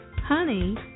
Honey